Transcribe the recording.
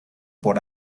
por